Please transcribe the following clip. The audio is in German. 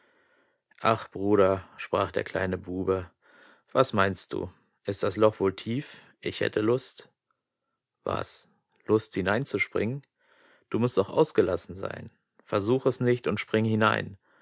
ach bruder sprach der kleine bube was meinst du ist das loch wohl tief ich hätte lust was lust hineinzuspringen du mußt doch ausgelassen sein versuch es nicht und spring hinein